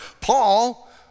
Paul